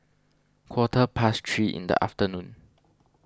quarter past three in the afternoon